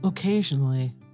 Occasionally